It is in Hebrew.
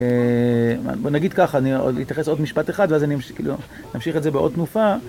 בוא נגיד ככה, אני אתייחס עוד משפט אחד ואז אני אמשיך את זה בעוד תנופה.